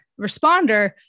responder